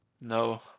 no